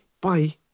Bye